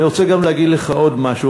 אני רוצה גם להגיד לך עוד משהו,